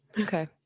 Okay